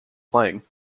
playing